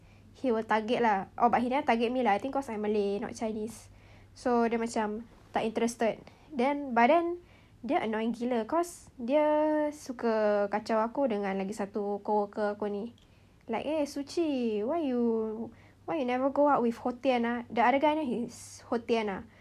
he will target lah oh but he never target me lah I think cause I'm malay not chinese so dia macam tak interested then but then dia annoying gila cause dia suka kacau aku dengan lagi satu co-worker aku ini like eh su qi why you why you never go out with ho tien ah the other guy name is ho tien ah